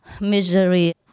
misery